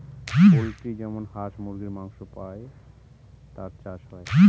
poultry যেমন হাঁস মুরগীর মাংস পাই তার চাষ হয়